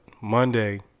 Monday